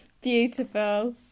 Beautiful